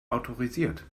autorisiert